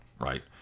right